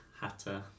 Hatter